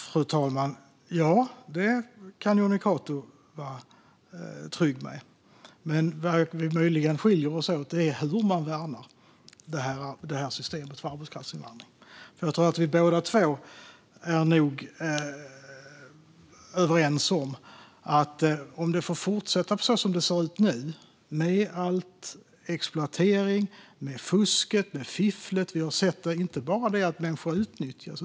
Fru talman! Ja, det kan Jonny Cato vara trygg med. Vad vi möjligen skiljer oss åt i är hur man värnar systemet för arbetskraftsinvandring. Jag tror att vi båda två är överens om att det inte får fortsätta som det ser ut nu med exploateringen, fifflet och fusket. Det är inte bara det att människor utnyttjas.